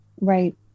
right